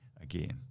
again